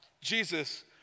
Jesus